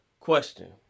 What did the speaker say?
Question